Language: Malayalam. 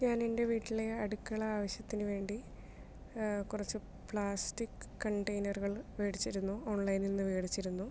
ഞാൻ എന്റെ വീട്ടിലെ അടുക്കള ആവിശ്യത്തിന് വേണ്ടി കുറച്ച് പ്ലാസ്റ്റിക് കണ്ടെയ്നറുകൾ മേടിച്ചിരുന്നു ഓൺലൈനിൽ നിന്ന് മേടിച്ചിരുന്നു